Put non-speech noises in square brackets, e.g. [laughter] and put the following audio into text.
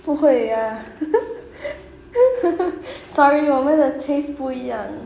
不会呀 [laughs] sorry 我们的 taste 不一样